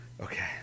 okay